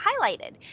highlighted